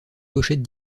pochette